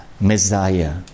Messiah